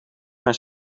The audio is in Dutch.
mijn